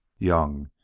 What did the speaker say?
young,